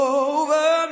over